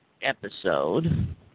episode